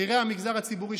בכירי המגזר הציבורי,